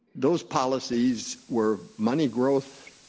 those policies were money growth,